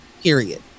period